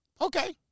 okay